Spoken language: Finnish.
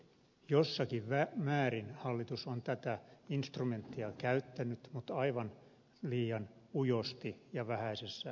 jossakin määrin hallitus on tätä instrumenttia käyttänyt mutta aivan liian ujosti ja vähäisessä määrin